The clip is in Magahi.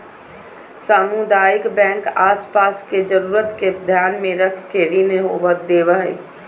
सामुदायिक बैंक आस पास के जरूरत के ध्यान मे रख के ऋण देवो हय